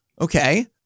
Okay